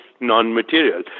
non-material